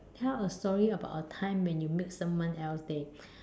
tell a story about a time when you make someone else's day